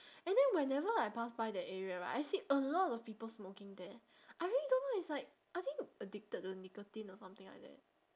and then whenever I pass by that area right I see a lot of people smoking there I really don't know it's like I think addicted to nicotine or something like that